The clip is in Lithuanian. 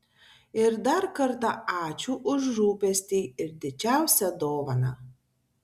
ir dar kartą ačiū už rūpestį ir didžiausią dovaną